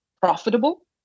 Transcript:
profitable